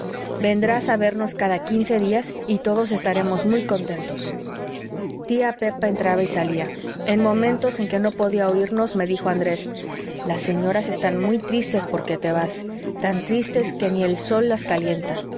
vendrás a vernos cada quince días y todos estaremos muy contentos tía pepa entraba y salía en momentos en que no podía oírnos me dijo andrés las señoras están muy tristes porque te vas tan tristes que ni el sol las calienta